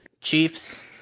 Chiefs